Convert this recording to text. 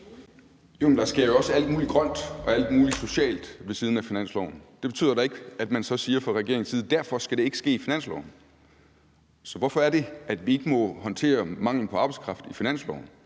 Jo, men der sker jo også alt muligt grønt og alt muligt socialt ved siden af finansloven. Det betyder da ikke, at man så siger fra regeringens side, at det derfor ikke skal ske i finansloven. Så hvorfor er det, at vi ikke må håndtere manglen på arbejdskraft i finansloven?